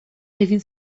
egin